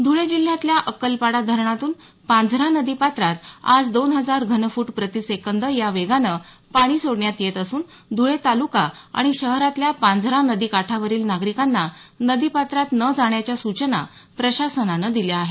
धुळे जिल्ह्यातल्या अक्कलपाडा धरणातून पांझरा नदी पात्रात आज दोन हजार घनफूट प्रतिसेकंद या वेगानं पाणी सोडण्यात येत असून धुळे तालुका आणि शहरातल्या पांझरा नदी काठावरील नागरिकांना नदीपात्रात न जाण्याच्या सूचना प्रशासनानं दिल्या आहेत